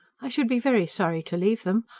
i should be very sorry to leave them.